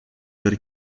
per